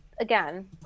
again